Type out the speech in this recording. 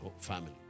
family